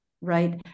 right